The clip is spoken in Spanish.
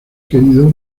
querido